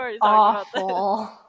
awful